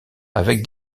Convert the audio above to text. avec